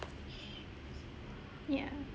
ya